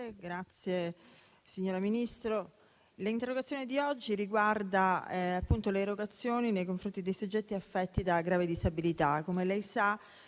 Presidente, signora Ministro, l'interrogazione di oggi riguarda, appunto, le erogazioni nei confronti dei soggetti affetti da grave disabilità.